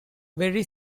very